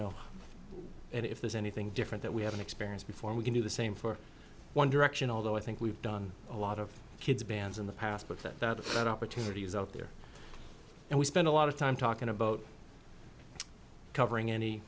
know if there's anything different that we haven't experienced before we can do the same for one direction although i think we've done a lot of kids bands in the past but that is that opportunity is out there and we spent a lot of time talking about covering any